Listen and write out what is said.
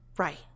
Right